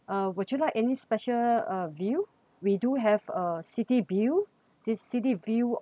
uh would you like any special uh view we do have uh city view this city view